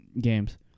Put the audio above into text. games